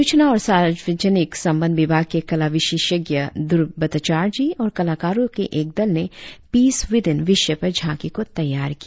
सूचना और सार्वजनिक संबंध विभाग के कला विशेषज्ञ ध्रब भटटाचार्जी और कलाकारों के एक दल ने पिस वीदिन विषय पर झांकी को तैयार किया